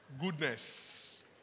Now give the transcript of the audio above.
Goodness